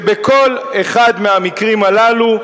שבכל אחד מהמקרים הללו,